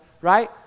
right